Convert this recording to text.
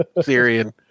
Syrian